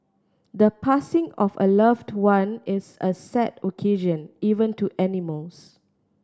the passing of a loved one is a sad occasion even to animals